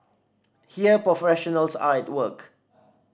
here professionals are at work